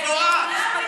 כדעתך?